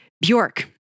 Bjork